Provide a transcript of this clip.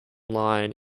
line